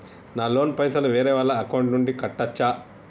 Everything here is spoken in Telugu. నా లోన్ పైసలు వేరే వాళ్ల అకౌంట్ నుండి కట్టచ్చా?